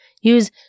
Use